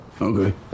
Okay